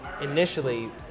initially